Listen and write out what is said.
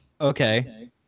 Okay